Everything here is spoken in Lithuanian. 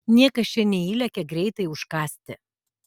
niekas čia neįlekia greitai užkąsti